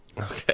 okay